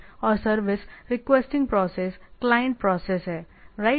और service requesting process client process है right